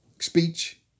speech